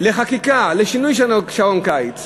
שינוי שעון קיץ,